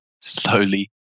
slowly